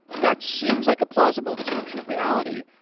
that seems like a plausible description of reality.